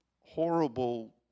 horrible